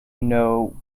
know